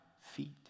feet